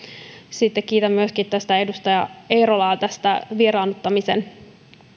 sitten kiitän myöskin edustaja eerolaa tästä vieraannuttamisen